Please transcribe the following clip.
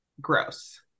gross